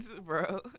Bro